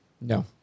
No